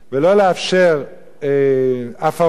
ולא לאפשר הפרות